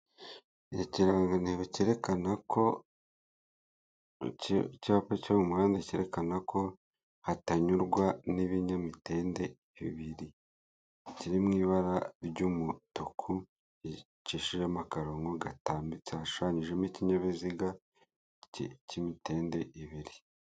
Ikirangantego, kerekana ko icyapa cyo mu muhanda cyerekana ko hatanyurwa n'ibinyamitende bibiri kiri mu ibara ry'umutuku ricisha amakaronko gatambitse hashushanyijemo ikinkinyabiziga k'imitende ibiri.